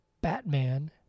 Batman